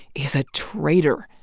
is a traitor,